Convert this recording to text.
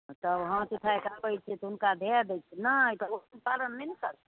हँ तब हाथ उठाइकऽ अबैत छै तऽ हुनका धए दै छियै नाइ पारण नहि ने कर